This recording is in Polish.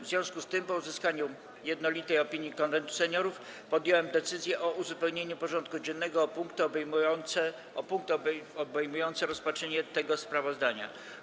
W związku z tym, po uzyskaniu jednolitej opinii Konwentu Seniorów, podjąłem decyzję o uzupełnieniu porządku dziennego o punkt obejmujący rozpatrzenie tego sprawozdania.